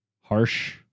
harsh